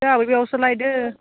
जोंहाबो बेयावसो लाहैदों